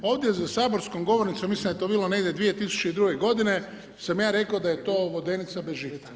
Ovdje za saborskom govornicom, mislim da je to bilo negdje 2002. godine sam ja rekao da je to vodenica bez žita.